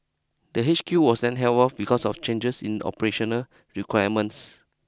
the H Q was then held off because of changes in operational requirements